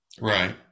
Right